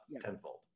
tenfold